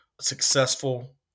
successful